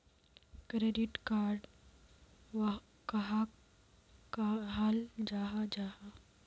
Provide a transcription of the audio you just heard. Credit card कहाक कहाल जाहा जाहा?